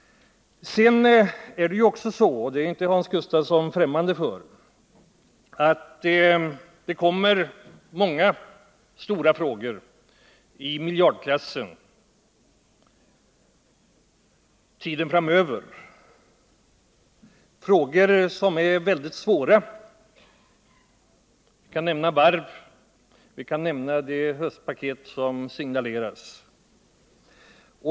Sedan är det ju också så — och det är inte Hans Gustafsson främmande för — att det kommer många stora frågor i miljardklassen tiden framöver, frågor som är väldigt svåra. Jag kan nämna varven, och jag kan nämna det höstpaket som signaleras.